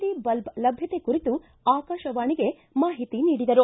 D ಬಲ್ಲ ಲಭ್ಯತೆ ಕುರಿತು ಆಕಾಶವಾಣಿಗೆ ಮಾಹಿತಿ ನೀಡಿದರು